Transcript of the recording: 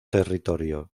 territorio